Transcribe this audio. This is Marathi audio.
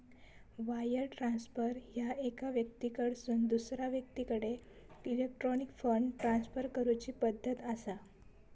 वायर ट्रान्सफर ह्या एका व्यक्तीकडसून दुसरा व्यक्तीकडे इलेक्ट्रॉनिक फंड ट्रान्सफर करूची पद्धत असा